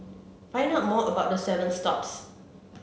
find out more about the seven stops